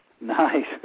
Nice